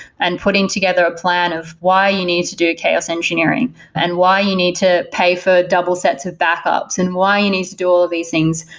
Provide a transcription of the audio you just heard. and putting together a plan of why you need to do chaos engineering and why you need to pay for double sets of backups and why you need to do all of these things.